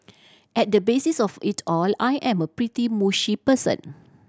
at the basis of it all I am a pretty mushy person